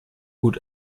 gut